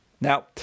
Now